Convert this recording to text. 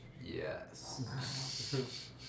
Yes